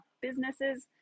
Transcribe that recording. businesses